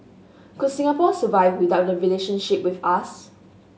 could Singapore survive without the relationship with us